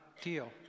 deal